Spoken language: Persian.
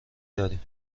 داریم